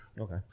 Okay